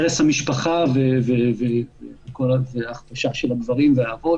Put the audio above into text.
הרס המשפחה והכפשה של הגברים והאבות